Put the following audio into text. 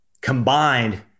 combined